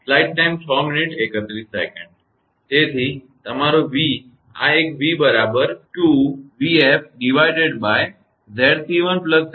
તેથી તમારો v આ એક v બરાબર 2𝑣𝑓𝑍𝑐1𝑍𝑐22